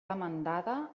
demandada